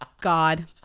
God